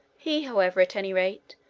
he, however, at any rate,